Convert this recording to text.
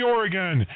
Oregon